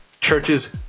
Churches